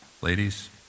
ladies